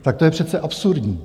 Tak to je přece absurdní.